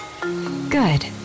Good